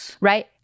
Right